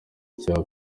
cya